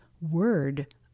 word